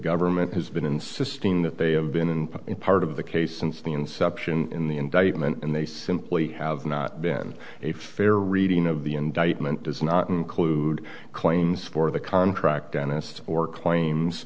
government has been insisting that they have been in part of the case since the inception in the indictment and they simply have not been a fair reading of the indictment does not include claims for the contract dentist or claims